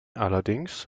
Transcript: allerdings